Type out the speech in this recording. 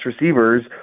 receivers